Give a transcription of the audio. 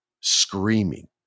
screaming